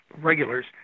regulars